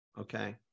Okay